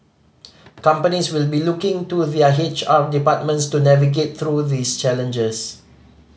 companies will be looking to their H R departments to navigate through these challenges